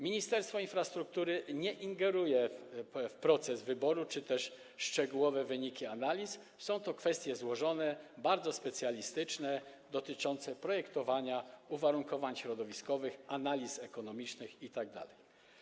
Ministerstwo Infrastruktury nie ingeruje w proces wyboru czy też szczegółowe wyniki analiz, są to kwestie złożone, bardzo specjalistyczne, dotyczące projektowania uwarunkowań środowiskowych, analiz ekonomicznych itd.